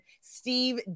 Steve